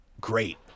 great